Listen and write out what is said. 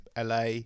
LA